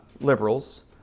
liberals